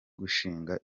gushinga